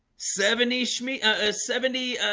seven ish me a seventy.